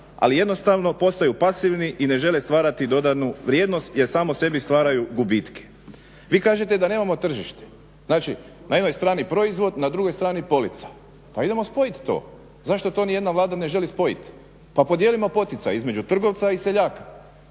ali jednostavno postaju pasivni i ne žele stvarati dodanu vrijednost jer samo sebi stvaraju gubitke. Vi kažete da nemamo tržište, znači na jednoj strani proizvod, na drugoj strani polica, pa idemo spojiti to. Zašto to nijedna Vlada ne želi spojiti, pa podijelimo poticaj između trgovca i seljaka